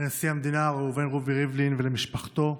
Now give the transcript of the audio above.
לנשיא המדינה ראובן רובי ריבלין ולמשפחתו.